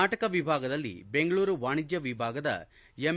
ನಾಟಕ ವಿಭಾಗದಲ್ಲಿ ಬೆಂಗಳೂರು ವಾಣಿಜ್ವ ವಿಭಾಗದ ಎಂ